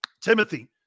Timothy